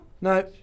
No